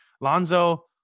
Lonzo